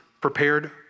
prepared